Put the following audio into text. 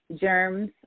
germs